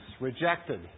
rejected